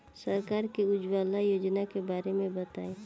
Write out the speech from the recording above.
सरकार के उज्जवला योजना के बारे में बताईं?